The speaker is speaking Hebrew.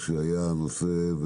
כשהיה הנושא,